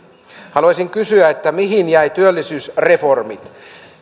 haluaisin kysyä mihin jäivät työllisyysreformit